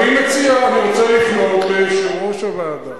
אני רוצה לפנות ליושב-ראש הוועדה.